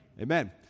amen